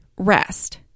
rest